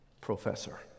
professor